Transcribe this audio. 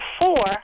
four